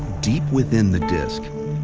deep within the disc,